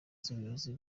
z’ubuyobozi